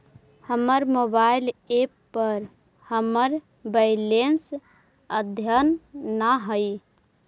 हमर mobile app पर हमर बैलेंस अद्यतन ना हई